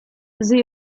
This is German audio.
sie